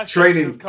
Training